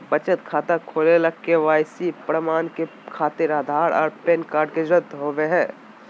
बचत खाता खोले ला के.वाइ.सी प्रमाण के खातिर आधार आ पैन कार्ड के जरुरत होबो हइ